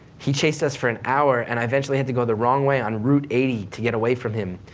he chased us for an hour, and i eventually had to go the wrong way on route eighty to get away from him.